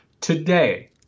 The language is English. Today